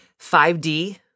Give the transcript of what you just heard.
5D